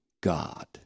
God